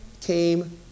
came